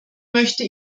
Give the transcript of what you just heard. möchte